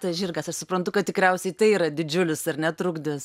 tas žirgas aš suprantu kad tikriausiai tai yra didžiulis ar ne trukdis